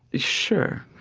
sure,